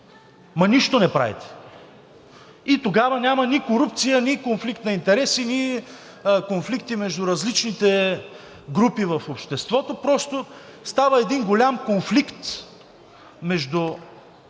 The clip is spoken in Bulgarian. Ама нищо не правите! И тогава няма нито корупция, нито конфликт на интереси, нито конфликти между различните групи в обществото – просто става един голям конфликт между